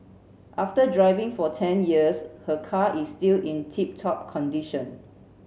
after driving for ten years her car is still in tip top condition